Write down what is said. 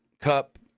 Cup